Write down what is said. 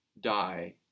die